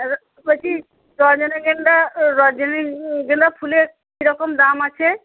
বলছি রজনীগন্ধা রজনীগন্ধা ফুলের কীরকম দাম আছে